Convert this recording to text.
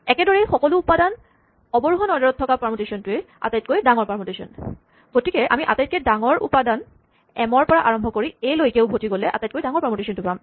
একেদৰেই সকলো উপাদান অৱৰোহন অৰ্ডাৰত থকা পাৰমুটেচনটোৱেই আটাইতকৈ ডাঙৰ পাৰমুটেচন গতিকে আমি আটাইতকৈ ডাঙৰ উপাদান এম ৰ পৰা আৰম্ভ কৰি এ লৈকে উভতি গ'লে আটাইতকৈ ডাঙৰ পাৰমুটেচনটো পাম